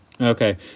Okay